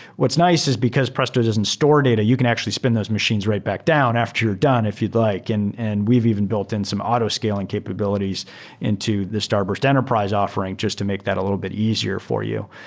what's nice is because presto doesn't store data, you can actually spin those machines right back down after you're done if you'd like, and and we've even built in some auto scaling capabilities into the starburst enterprise offering just to make that a little bit easier for you.